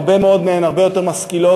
הרבה מאוד מהן הרבה יותר משכילות